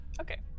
Okay